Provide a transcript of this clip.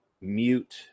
mute